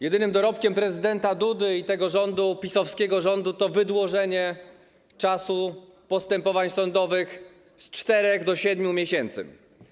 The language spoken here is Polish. Jedynym dorobkiem prezydenta Dudy i tego rządu, PiS-owskiego rządu, jest wydłużenie czasu postępowań sądowych z 4 do 7 miesięcy.